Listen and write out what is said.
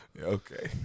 Okay